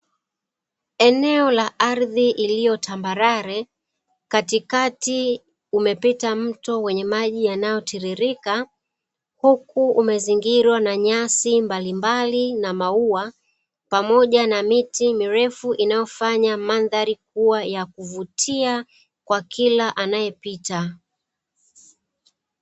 Eneo la ardhi iliyotambarare katikati umepita mto wenye maji unao tiririka, huku umezingirwa na nyasi mbalimbali na mauwa, pamoja na miti mirefu inayofanya madhari iwe yakuvutia kwa kila anayepita.